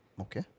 Okay